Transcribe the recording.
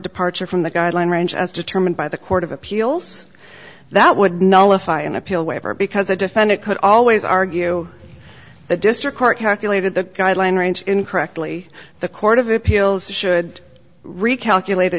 departure from the guideline range as determined by the court of appeals that would nullify an appeal waiver because the defendant could always argue the district court calculated the guideline range incorrectly the court of appeals should recalculat